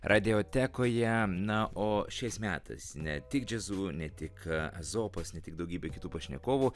radiotekoje na o šiais metais ne tik džiazu ne tik a ezopas ne tik daugybė kitų pašnekovų